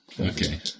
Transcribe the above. Okay